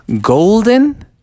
golden